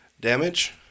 damage